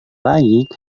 baik